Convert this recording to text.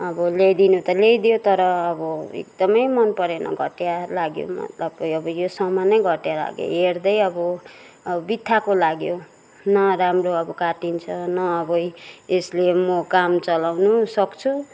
अब ल्याइदिनु त ल्याइदियो तर अब एकदमै मन परेन घटिया लाग्यो मतलब अब यो सामानै घटिया लाग्यो हेर्दै अब अब बित्थाको लाग्यो न राम्रो अब काटिन्छ न अब यी यसले म काम चलाउनु सक्छु